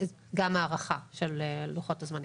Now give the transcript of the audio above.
גם הארכה של לוחות הזמנים.